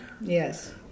yes